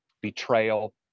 betrayal